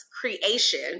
creation